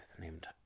named